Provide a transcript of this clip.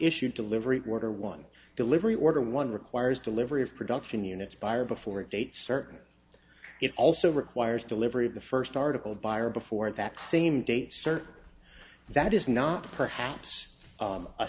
issue delivery quarter one delivery order one requires delivery of production units by or before a date certain it also requires delivery of the first article by or before that same date certain that is not perhaps